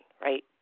right